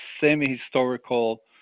semi-historical